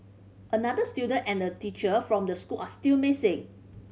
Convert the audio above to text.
another student and a teacher from the school are still missing